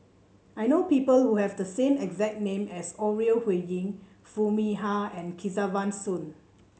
I know people who have the same exact name as Ore Huiying Foo Mee Har and Kesavan Soon